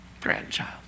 grandchild